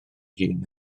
hun